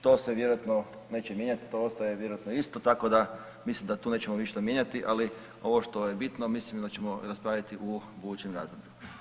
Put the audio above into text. To se vjerojatno neće mijenjati, to ostaje vjerojatno isto, tako mislim da tu nećemo ništa mijenjati, ali ovo što je bitno mislim da ćemo raspraviti u budućem razdoblju.